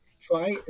try